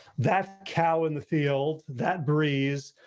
that cow in the field that breeze,